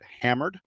hammered